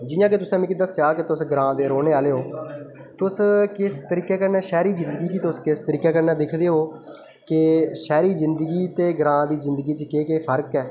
जि'यां कि तुसें मिगी दस्सेआ कि तुस ग्रांऽ दे रौहने आह्ले ओ तुस किस तरीके कन्नै शैह्री जिंदगी गी तुस किस तरीके कन्नै दिक्खदे ओ कि शैह्री जिंदगी ते ग्रांऽ दी जिंदगी च केह् केह् फर्क ऐ